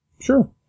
Sure